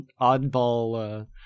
oddball